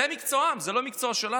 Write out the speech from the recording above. זה מקצועם, זה לא המקצוע שלנו.